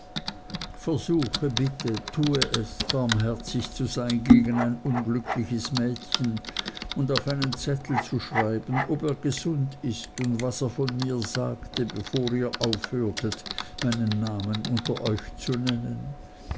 versuche bitte tue es barmherzig zu sein gegen ein unglückliches mädchen und auf einen zettel zu schreiben ob er gesund ist und was er von mir sagte bevor ihr aufhörtet meinen namen unter euch zu nennen